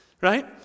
right